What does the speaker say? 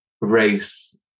race